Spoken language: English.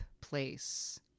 place